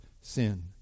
sin